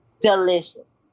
delicious